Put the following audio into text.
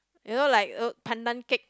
you know like those pandan cake